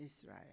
Israel